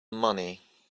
money